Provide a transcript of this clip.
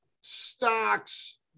stocks